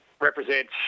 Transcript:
Represents